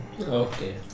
okay